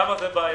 כמה זה בעייתי.